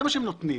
זה מה שהם נותנים.